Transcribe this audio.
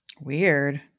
Weird